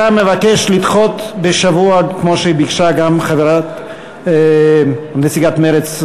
אתה מבקש לדחות בשבוע כמו שביקשה גם נציגת מרצ,